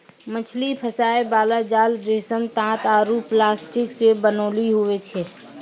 मछली फसाय बाला जाल रेशम, तात आरु प्लास्टिक से बनैलो हुवै छै